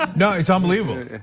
um no, it's unbelievable.